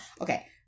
okay